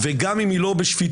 גם אם היא לא בשפיטות,